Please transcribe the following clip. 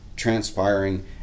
transpiring